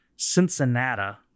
Cincinnati